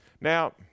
Now